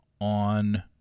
on